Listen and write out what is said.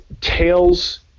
Tails